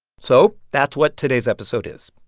so that's what today's episode is.